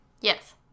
Yes